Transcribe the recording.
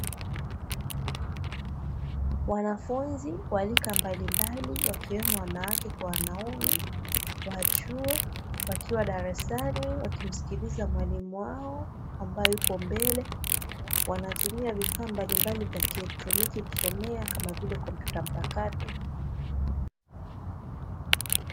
Wanafunzi wa rika mbalimbali wakiwemo wanawake kwa wanaume, wa chuo wakiwa darasani wakimskiliza mwalimu wao ambae yupo mbele. Wanatumia vifaa mbalimbali vya kielektroniki kusomea kama vile kompyuta mpakato.